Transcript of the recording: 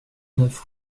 neuf